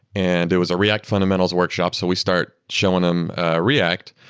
and it was a react fundamentals workshop, so we start showing them react.